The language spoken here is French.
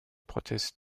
protestants